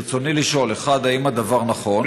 ברצוני לשאול: 1. האם הדבר נכון?